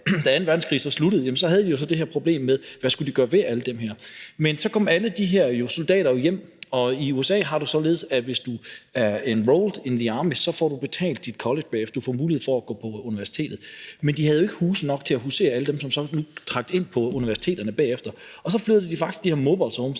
anden verdenskrig så sluttede, havde vi det her problem med, hvad man skulle gøre ved alle de mobilehomes. Men så kom alle de her soldater jo hjem, og i USA er det således, at hvis du er enrolled in the army, så får du betalt dit college: Du får mulighed for at gå på universitetet. Men de havde ikke huse nok til at huse alle dem, som blev trukket ind på universiteterne bagefter, og så flyttede de bare de der mobilehomes